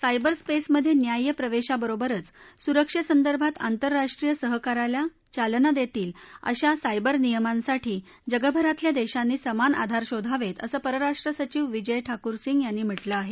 cyber स्पेसमधे न्याय प्रवेशाबरोबरच सुरक्षेसंदर्भात आंतरराष्ट्रीय सहकार्याला चानला देतील अशा सायबर नियमांसाठी जगभरातल्या देशांनी समान आधार शोधावेत असं परराष्ट्र सचिव विजय ठाकूर यांनी म्हटलं आहे